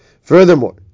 furthermore